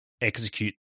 execute